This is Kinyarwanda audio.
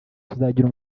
tuzagira